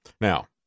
Now